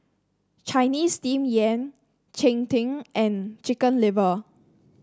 Chinese Steamed Yam Cheng Tng and Chicken Liver